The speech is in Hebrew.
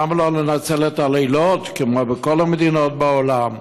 למה לא לנצל את הלילות, כמו בכל המדינות בעולם?